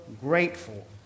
grateful